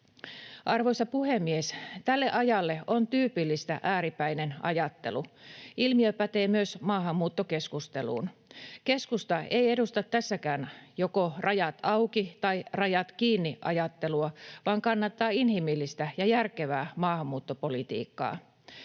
Arvoisa puhemies! Tälle ajalle on tyypillistä ääripäinen ajattelu. Ilmiö pätee myös maahanmuuttokeskusteluun. Keskusta ei edusta tässäkään joko rajat auki- tai rajat kiinni ‑ajattelua vaan kannattaa inhimillistä ja järkevää maahanmuuttopolitiikkaa.